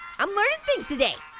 i'm learning things today!